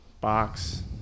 box